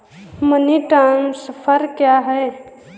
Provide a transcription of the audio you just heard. Money transfer क्या है?